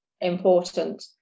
important